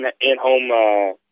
in-home